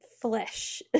flesh